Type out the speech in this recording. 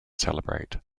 celebrate